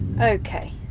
Okay